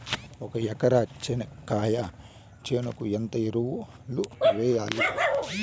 ఒక ఎకరా చెనక్కాయ చేనుకు ఎంత ఎరువులు వెయ్యాలి?